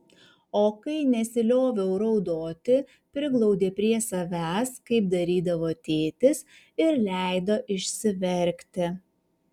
o kai nesilioviau raudoti priglaudė prie savęs kaip darydavo tėtis ir leido išsiverkti